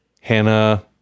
hannah